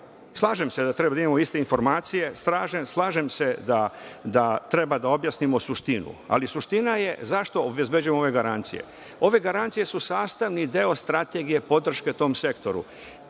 slažem se da treba da imamo iste informacije, slažem se da treba da objasnimo suštinu. Ali, suština je zašto obezbeđujemo ove garancije? Ove garancije su sastavni deo strategije podrške tom sektoru.